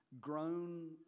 Grown